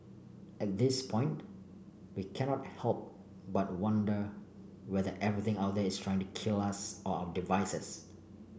at this point we cannot help but wonder whether everything out there is trying kill us or our devices